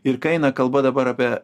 ir kaina kalba dabar apie